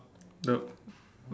the